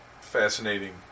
fascinating